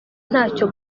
ntacyo